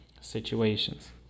situations